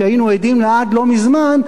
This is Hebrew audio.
שהיינו עדים לה עד לא מזמן,